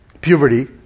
puberty